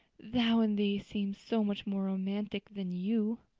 thou and thee seem so much more romantic than you.